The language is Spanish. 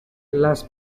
las